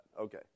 Okay